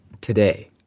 today